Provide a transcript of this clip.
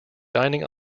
dining